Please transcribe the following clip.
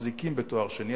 מחזיקים בתואר שני,